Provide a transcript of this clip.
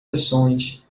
ações